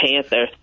Panther